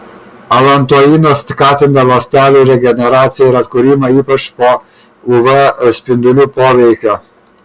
alantoinas skatina ląstelių regeneraciją ir atkūrimą ypač po uv spindulių poveikio